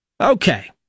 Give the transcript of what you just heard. Okay